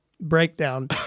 breakdown